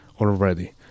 already